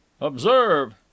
Observe